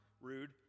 Rude